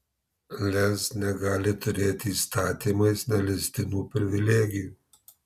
lez negali turėti įstatymais neleistinų privilegijų